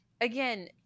again